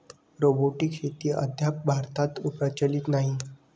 robotic शेती अद्याप भारतात प्रचलित नाही